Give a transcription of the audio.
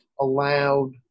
allowed